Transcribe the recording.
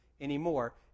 anymore